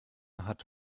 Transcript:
hat